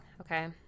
okay